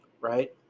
Right